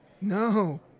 No